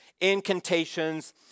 incantations